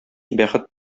бәхет